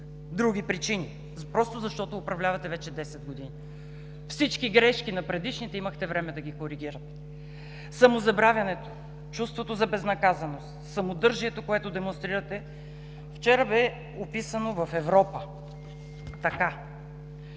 други причини просто защото управлявате вече 10 години. Всички грешки на предишните имахте време да ги коригирате. Самозабравянето, чувството за безнаказаност, самодържието, което демонстрирате, вчера бе описано в Европа, така: